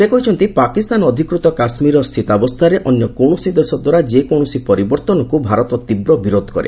ସେ କହିଛନ୍ତି ପାକିସ୍ତାନ ଅଧିକୂତ କାଶ୍ମୀରର ସ୍ଥିତାବସ୍ତାରେ ଅନ୍ୟ କୌଣସି ଦେଶ ଦ୍ୱାରା ଯେକୌଣସି ପରିବର୍ତ୍ତନକୁ ଭାରତ ତୀବ୍ର ବିରୋଧ କରେ